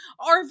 RV